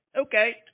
Okay